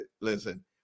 listen